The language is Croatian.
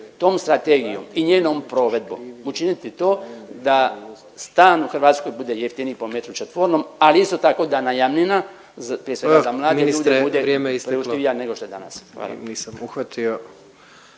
tom strategijom i njenom provedbom učiniti to da stan u Hrvatskoj bude jeftiniji po metru četvornom, ali isto tako, da najamnina, prije svega, … .../Upadica: O, ministre, vrijeme